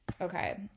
Okay